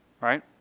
right